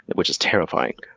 but which is terrifying.